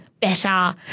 better